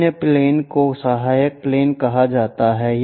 अन्य प्लेन को सहायक प्लेन कहा जाता है